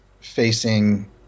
facing